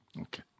Okay